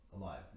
alive